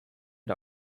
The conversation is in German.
der